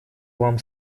вам